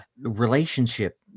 relationship